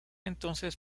entonces